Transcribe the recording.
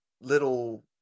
little